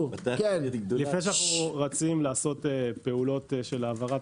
לפני שאנחנו רצים לעשות פעולות של העברת